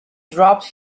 dropped